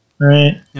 Right